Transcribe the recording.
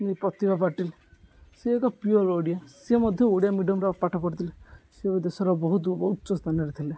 ପ୍ରତିଭା ପାଟିିଲ୍ ସିଏ ଏକ ପିଓର ଓଡ଼ିଆ ସିଏ ମଧ୍ୟ ଓଡ଼ିଆ ମିଡିୟମର ପାଠ ପଢ଼ିଥିଲେ ସେ ଦେଶର ବହୁତ ଉଚ୍ଚ ସ୍ଥାନରେ ଥିଲେ